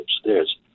upstairs